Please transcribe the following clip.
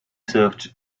served